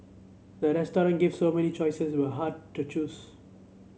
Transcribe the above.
the restaurant gave so many choices was hard to choose